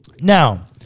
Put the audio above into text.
Now